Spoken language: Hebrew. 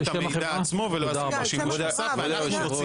הסכמנו שייתנו את המידע עצמו ולא יעשו בו שימוש נוסף אנחנו נוציא